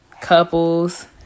couples